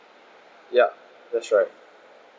ya that's right